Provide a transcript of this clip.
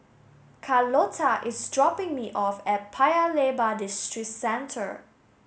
Carlota is dropping me off at Paya Lebar Districentre